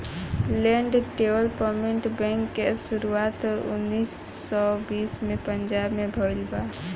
land development bank के शुरुआत उन्नीस सौ बीस में पंजाब में भईल रहे